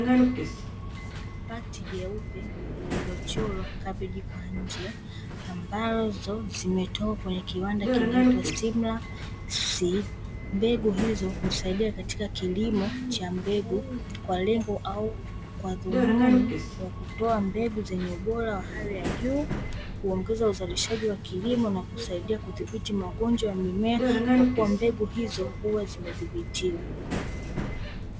Pakiti jeupe lililochorwa kabeji kwa nje, ambazo zimetoka kwenye kiwanda kinaitwa "simlaw seeds", mbegu hizo husaidia katika kilimo cha mbegu kwa lengo au kwa dhumuni la kutoa mbegu zenye ubora wa hali ya juu. Huongeza uzalishaji wa kilimo na kusaidia kudhibiti magonjwa ya mimea, kwa kuwa mbegu hizo huwa zimedhibitiwa.